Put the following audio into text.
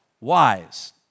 wise